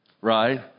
right